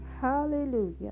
Hallelujah